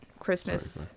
Christmas